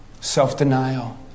self-denial